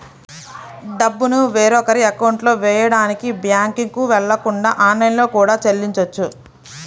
డబ్బుని వేరొకరి అకౌంట్లో వెయ్యడానికి బ్యేంకుకి వెళ్ళకుండా ఆన్లైన్లో కూడా చెల్లించొచ్చు